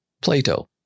Plato